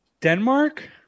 Denmark